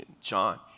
John